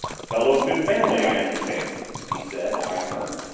fellow of good family, i understand, he said, eyeing her.